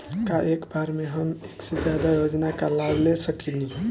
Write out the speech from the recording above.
का एक बार में हम एक से ज्यादा योजना का लाभ ले सकेनी?